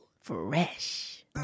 Fresh